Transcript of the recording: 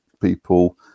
people